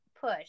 push